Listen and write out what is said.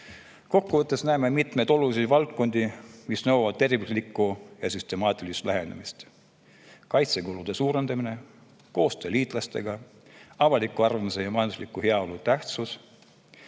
näeme mitmeid olulisi valdkondi, mis nõuavad terviklikku ja süstemaatilist lähenemist: kaitsekulude suurendamine, koostöö liitlastega, avaliku arvamuse ja majandusliku heaolu tähtsus